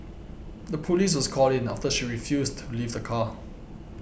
the police was called in after she refused to leave the car